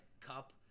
Cup